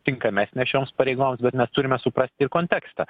tinkamesnė šioms pareigoms bet mes turime suprasti ir kontekstą